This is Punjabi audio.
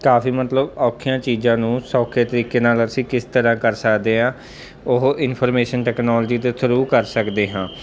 ਕਾਫੀ ਮਤਲਬ ਔਖੀਆਂ ਚੀਜ਼ਾਂ ਨੂੰ ਸੌਖੇ ਤਰੀਕੇ ਨਾਲ ਅਸੀਂ ਕਿਸ ਤਰ੍ਹਾਂ ਕਰ ਸਕਦੇ ਹਾਂ ਉਹ ਇਨਫੋਰਮੇਸ਼ਨ ਟੈਕਨੋਲਜੀ ਦੇ ਥਰੂ ਕਰ ਸਕਦੇ ਹਾਂ